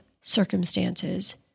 circumstances